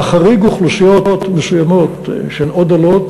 להחריג אוכלוסיות מסוימות שהן או דלות